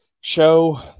Show